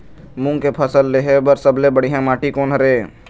मूंग के फसल लेहे बर सबले बढ़िया माटी कोन हर ये?